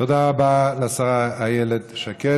תודה רבה לשרה איילת שקד.